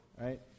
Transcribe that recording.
right